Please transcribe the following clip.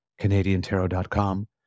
CanadianTarot.com